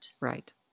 Right